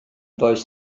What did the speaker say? does